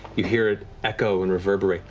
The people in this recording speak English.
you hear it echo and reverberate